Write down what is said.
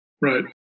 Right